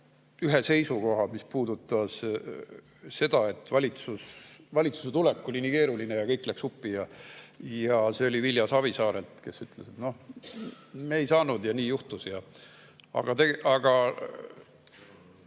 ühe seisukoha, mis puudutas seda, et valitsuse tulek oli nii keeruline ja kõik läks uppi. See oli Vilja Savisaar, kes ütles, et noh, me ei saanud ja nii juhtus. Aga vaheaeg